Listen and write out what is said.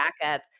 backup